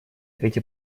эти